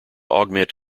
augment